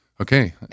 okay